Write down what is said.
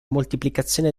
moltiplicazione